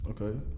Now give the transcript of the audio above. Okay